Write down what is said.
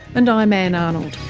and i'm ann arnold